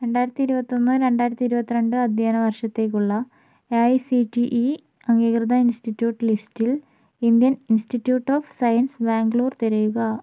രണ്ടായിരത്തി ഇരുപത്തൊന്ന് രണ്ടായിരത്തി ഇരുപത്തിരണ്ട് അധ്യയന വർഷത്തേക്കുള്ള A I C T E അംഗീകൃത ഇൻസ്റ്റിറ്റ്യൂട്ട് ലിസ്റ്റിൽ Indian institute of science Bangalore തിരയുക